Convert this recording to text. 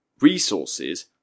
resources